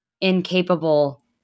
incapable